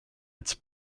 its